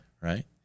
Right